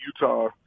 Utah